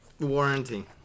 warranty